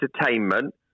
entertainment